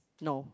no